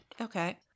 Okay